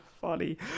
funny